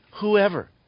Whoever